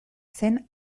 zen